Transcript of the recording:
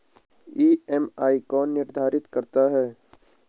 EMI कौन निर्धारित करता है?